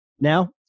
Now